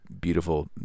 Beautiful